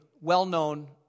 well-known